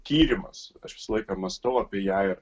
tyrimas aš visą laiką mąstau apie ją ir